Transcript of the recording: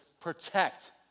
protect